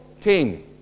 Ten